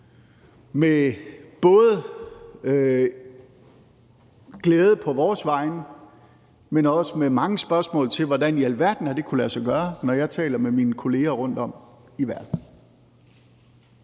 med både glæde på vores vegne, men også med mange spørgsmål til, hvordan i alverden det har kunnet lade sig gøre – det hører jeg, når jeg taler med min kolleger rundtom i verden.